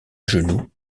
genoux